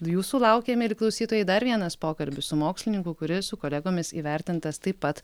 jūsų laukia mieli klausytojai dar vienas pokalbis su mokslininku kuris su kolegomis įvertintas taip pat